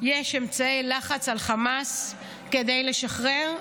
יש אמצעי לחץ על חמאס כדי לשחרר,